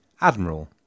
admiral